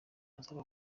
azaba